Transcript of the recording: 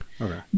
Okay